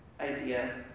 idea